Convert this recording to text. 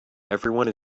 everyone